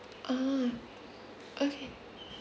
ah okay